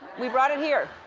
we brought it here.